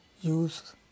use